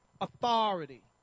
authority